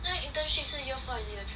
那 internship 是 year four 还是 year three